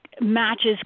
matches